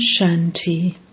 Shanti